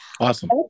Awesome